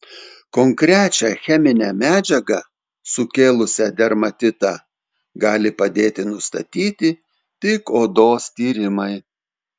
konkrečią cheminę medžiagą sukėlusią dermatitą gali padėti nustatyti tik odos tyrimai